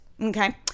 Okay